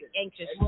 anxious